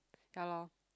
ya lor